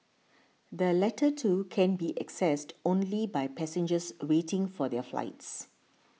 the latter two can be accessed only by passengers waiting for their flights